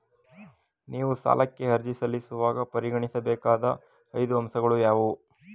ನೀವು ಸಾಲಕ್ಕೆ ಅರ್ಜಿ ಸಲ್ಲಿಸುವಾಗ ಪರಿಗಣಿಸಬೇಕಾದ ಐದು ಅಂಶಗಳು ಯಾವುವು?